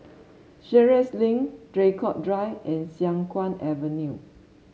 Sheares Link Draycott Drive and Siang Kuang Avenue